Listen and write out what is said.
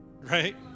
Right